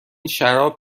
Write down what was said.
شراب